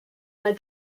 mai